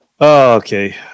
Okay